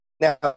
now